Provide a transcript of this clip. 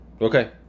okay